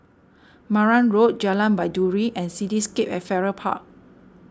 Marang Road Jalan Baiduri and Cityscape at Farrer Park